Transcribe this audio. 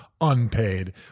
unpaid